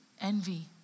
envy